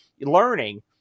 learning